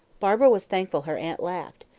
barbara was thankful her aunt laughed,